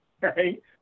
right